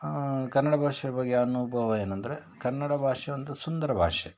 ಕನ್ನಡ ಭಾಷೆಯ ಬಗ್ಗೆ ಅನುಭವ ಏನಂದರೆ ಕನ್ನಡ ಭಾಷೆ ಒಂದು ಸುಂದರ ಭಾಷೆ